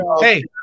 hey